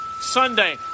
Sunday